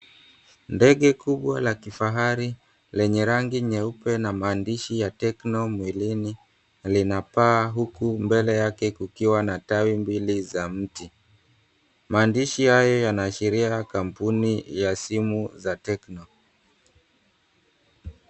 Ndege kubwa la kifahari lenye rangi nyeupe na mahandishi ya Tecno mbeleni linapaa huku mbele yake kukiwa na tawi mbili za mti. Maandishi haya yanaashiria kampuni ya simu za Tecno.